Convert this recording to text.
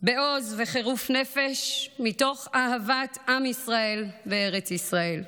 בעוז ובחירוף נפש, מתוך אהבת עם ישראל וארץ ישראל.